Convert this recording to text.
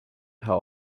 how